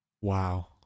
Wow